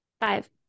Five